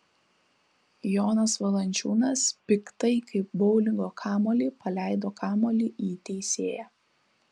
jonas valančiūnas piktai kaip boulingo kamuolį paleido kamuolį į teisėją